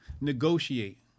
negotiate